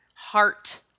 heart